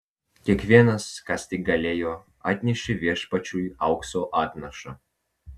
kiekvienas kas tik galėjo atnešė viešpačiui aukso atnašą